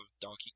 Donkey